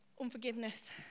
Unforgiveness